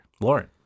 Lauren